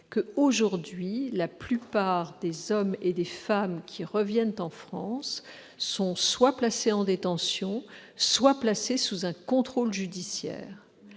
assez serrées. La plupart des hommes et des femmes qui reviennent en France sont soit placés en détention, soit soumis à un contrôle judiciaire.